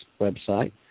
website